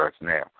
now